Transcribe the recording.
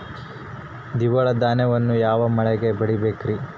ದ್ವಿದಳ ಧಾನ್ಯಗಳನ್ನು ಯಾವ ಮಳೆಗೆ ಬೆಳಿಬೇಕ್ರಿ?